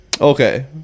Okay